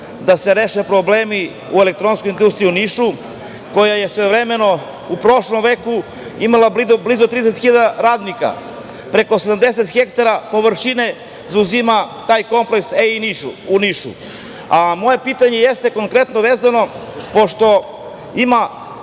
da se reše problemi u Elektronskoj industriji u Nišu, koja se svojevremeno, u prošlom veku, imala blizu 30 hiljada radnika. Preko 70 hektara površine zauzima taj kompleks EI u Nišu. Moje pitanje jeste konkretno vezano, pošto ima